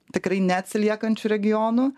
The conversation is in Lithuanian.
tikrai neatsiliekančių regionų